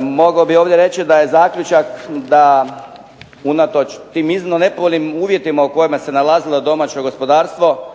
mogao bih ovdje reći da je zaključak da unatoč tim uvjetima u kojima se nalazilo domaće gospodarstvo